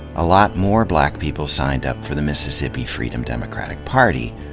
a lot more black people signed up for the mississippi freedom democratic party,